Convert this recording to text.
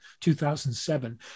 2007